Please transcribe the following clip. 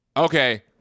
Okay